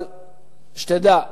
אבל שתדע,